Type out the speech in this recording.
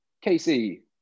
Casey